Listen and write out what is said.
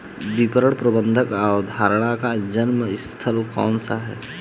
विपणन प्रबंध अवधारणा का जन्म स्थान कौन सा है?